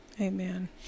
Amen